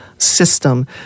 System